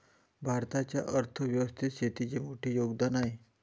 भारताच्या अर्थ व्यवस्थेत शेतीचे मोठे योगदान आहे